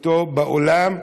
אותו באולם.